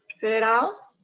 fill it out.